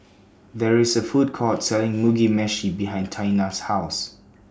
There IS A Food Court Selling Mugi Meshi behind Taina's House